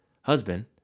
husband